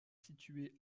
situé